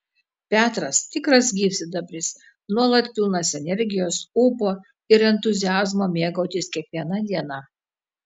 petras tikras gyvsidabris nuolat pilnas energijos ūpo ir entuziazmo mėgautis kiekviena diena